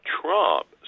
Trump